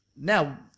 Now